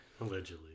Allegedly